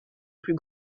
plus